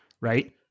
right